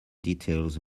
details